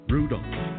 Rudolph